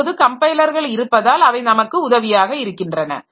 இப்போது கம்பைலர்கள் இருப்பதால் அவை நமக்கு உதவியாக இருக்கின்றன